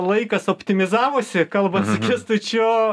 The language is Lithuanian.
laikas optimizavosi kalbant su kęstučiu